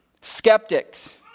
skeptics